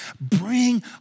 bring